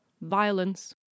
violence